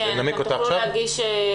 חורה לי שאנחנו לא מאפשרים לילדים האלה